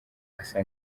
asa